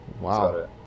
Wow